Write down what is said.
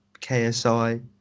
KSI